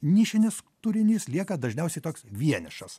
nišinis turinys lieka dažniausiai toks vienišas